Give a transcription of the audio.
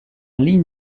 ligne